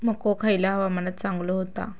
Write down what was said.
मको खयल्या हवामानात चांगलो होता?